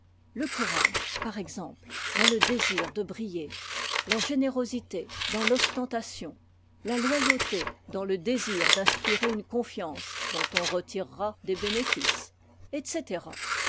le courage par exemple dans le désir de briller la générosité dans l'ostentation la loyauté dans le désir d'inspirer une confiance dont on retirera des bénéfices etc